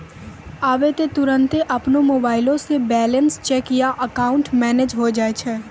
आबै त तुरन्ते अपनो मोबाइलो से बैलेंस चेक या अकाउंट मैनेज होय जाय छै